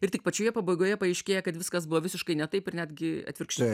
ir tik pačioje pabaigoje paaiškėja kad viskas buvo visiškai ne taip ir netgi atvirkščiai